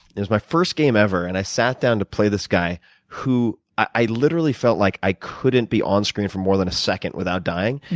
it was my first game ever, and i sat down to play this guy who i literally felt like i couldn't be on screen for more than a second without dying.